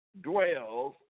dwells